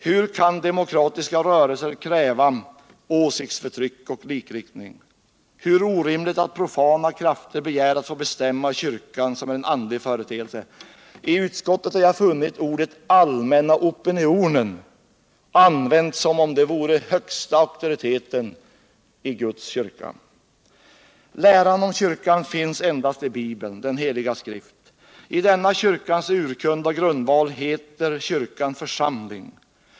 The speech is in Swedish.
Hur kan demokratiska rörelser kräva åsiktsförtryck och likriktning? Hur orimligt är det att profana krafter begär att få bestämma i kyrkan som är en andlig företeelse! I utskottsbetänkandet har jag funnit uttrycket ”allmänna opinionen” använt som om det vore högsta auktoriteten i Guds kyrka. Läran om kyrkan finns endast i Bibeln, Den heliga skrift. I denna kyrkans urkund och grundval heter kyrkan församling.